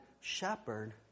shepherd